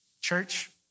Church